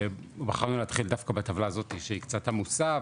ובחרנו להתחיל דווקא בטבלה הזאת שהיא קצת עמוסה,